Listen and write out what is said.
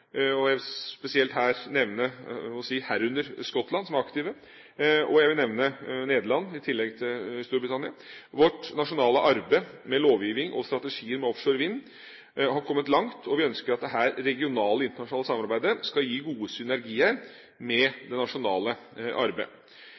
vind. Jeg har hatt gode dialoger om temaet med både Storbritannia – herunder Skottland, som er aktivt – og Nederland. Vårt nasjonale arbeid med lovgivning og strategier med offshore vind har kommet langt, og vi ønsker at dette regionale, internasjonale samarbeidet skal gi gode synergier med